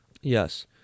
yes